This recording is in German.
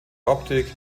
optik